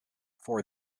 for